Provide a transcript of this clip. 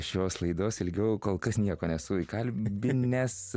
šios laidos ilgiau kol kas nieko nesu įkalbinęs